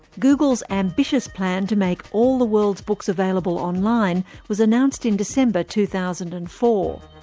google's ambitious plan to make all the world's books available online was announced in december two thousand and four.